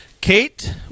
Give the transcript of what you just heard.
Kate